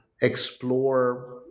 explore